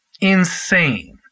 Insane